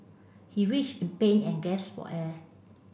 he in pain and gasped for air